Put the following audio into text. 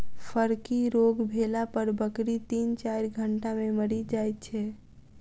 फड़की रोग भेला पर बकरी तीन चाइर घंटा मे मरि जाइत छै